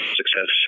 success